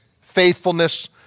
faithfulness